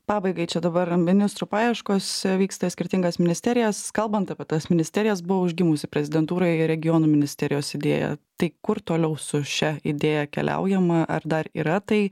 pabaigai čia dabar ministrų paieškos vyksta skirtingas ministerijas kalbant apie tas ministerijas buvo užgimusi prezidentūroj regionų ministerijos idėja tai kur toliau su šia idėja keliaujama ar dar yra tai